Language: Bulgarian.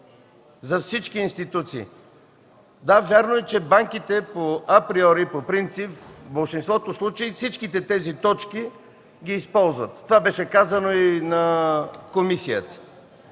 за всички институции. Да, вярно е, че банките априори по принцип, в болшинството случаи всичките тези точки ги използват. Това беше казано и на комисията,